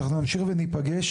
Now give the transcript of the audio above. אנחנו נמשיך וניפגש.